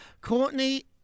courtney